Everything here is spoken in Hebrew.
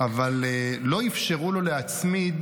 אבל לא אפשרו לו להצמיד,